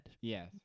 Yes